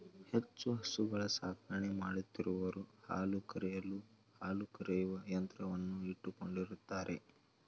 ಹೆಚ್ಚು ಹಸುಗಳ ಸಾಕಣೆ ಮಾಡುತ್ತಿರುವವರು ಹಾಲು ಕರೆಯಲು ಹಾಲು ಕರೆಯುವ ಯಂತ್ರವನ್ನು ಇಟ್ಟುಕೊಂಡಿರುತ್ತಾರೆ